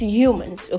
humans